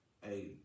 Hey